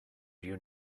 your